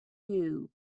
you